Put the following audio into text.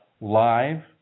live